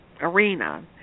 arena